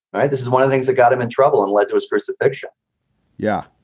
right. this is one of things that got him in trouble and led to his crucifixion yeah.